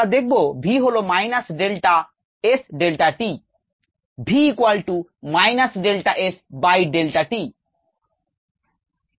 আমরা দেখব v হল minus delta s delta t